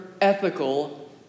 ethical